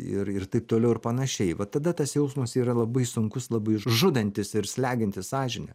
ir ir taip toliau ir panašiai va tada tas jausmas yra labai sunkus labai žudantis ir slegiantis sąžinę